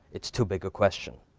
it's too big a question.